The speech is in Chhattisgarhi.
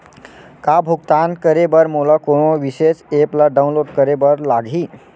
का भुगतान करे बर मोला कोनो विशेष एप ला डाऊनलोड करे बर लागही